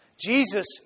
Jesus